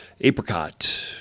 apricot